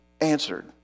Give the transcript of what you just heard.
answered